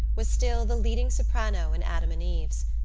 was still the leading soprano in adam and eve's,